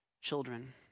children